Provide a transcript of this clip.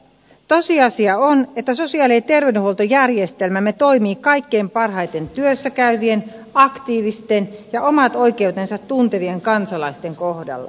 tosiasia on että sosiaali ja terveydenhuoltojärjestelmämme toimii kaikkein parhaiten työssä käyvien aktiivisten ja omat oikeutensa tuntevien kansalaisten kohdalla